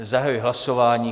Zahajuji hlasování.